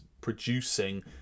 producing